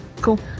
Cool